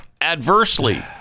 adversely